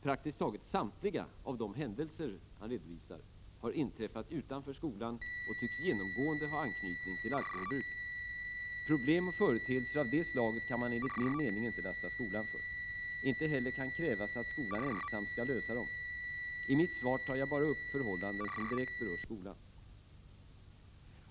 Praktiskt taget samtliga av dessa händelser har inträffat utanför skolan och tycks genomgående ha anknytning till alkoholbruk. Problem och företeelser av det slaget kan man enligt min mening inte lasta skolan för. Inte heller kan krävas att skolan ensam skall lösa detta. I mitt svar tar jag endast upp förhållanden som direkt berör skolan.